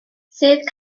sedd